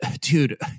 dude